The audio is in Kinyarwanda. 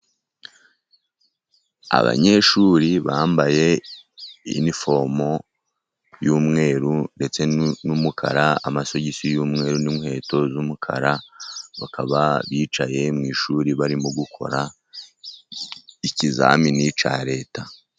Abanyeshuri bambaye inifomo y'umweru ndetse n'umukara, amasogisi y'umweru n'inkweto z'umukara, bakaba bicaye mu ishuri, barimo gukora ikizamini cya Reta.